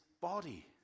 body